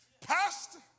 Pastor